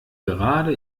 gerade